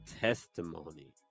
testimony